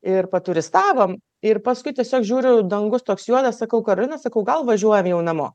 ir paturistavom ir paskui tiesiog žiūriu dangus toks juodas sakau karolina sakau gal važiuojam jau namo